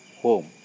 home